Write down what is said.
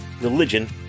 religion